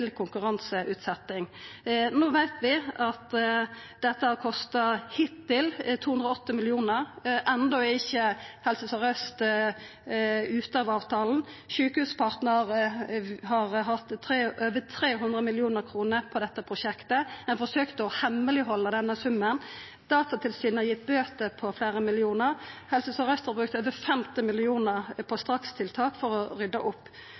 No veit vi at dette har kosta – hittil – 280 mill. kr. Enno er ikkje Helse Sør-Aust ute av avtalen. Sjukehuspartnar har hatt over 300 mill. kr på dette prosjektet. Ein forsøkte å halda hemmeleg denne summen. Datatilsynet har gitt bøter på fleire millionar. Helse Sør-Aust har brukt over 50 mill. kr på strakstiltak for å ryddja opp.